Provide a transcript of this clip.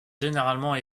généralement